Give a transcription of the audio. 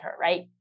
right